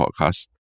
podcast